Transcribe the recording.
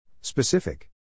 Specific